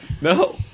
No